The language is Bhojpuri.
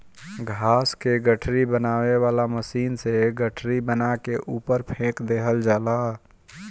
घास क गठरी बनावे वाला मशीन से गठरी बना के ऊपर फेंक देहल जाला